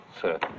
Sir